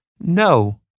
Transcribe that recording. No